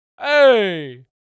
Hey